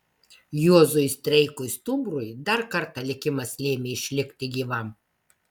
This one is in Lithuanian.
juozui streikui stumbrui dar kartą likimas lėmė išlikti gyvam